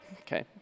Okay